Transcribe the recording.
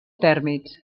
tèrmits